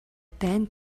дайн